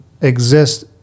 exist